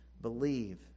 Believe